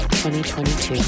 2022